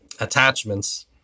attachments